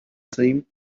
seemed